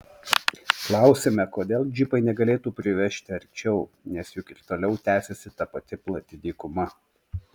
klausiame kodėl džipai negalėtų privežti arčiau nes juk ir toliau tęsiasi ta pati plati dykuma